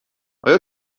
آیا